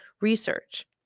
research